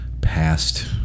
past